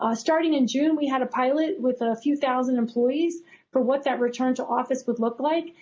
ah starting in june, we had a pilot with a few thousand employees for what that return to office would look like.